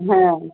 হ্যাঁ